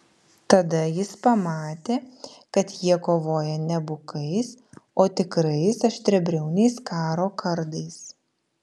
tada jis pamatė kad jie kovoja ne bukais o tikrais aštriabriauniais karo kardais